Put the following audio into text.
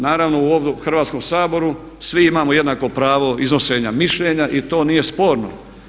Naravno u ovom Hrvatskom saboru svi imamo jednako pravo iznošenja mišljenja i to nije sporno.